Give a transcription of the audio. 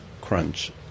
crunch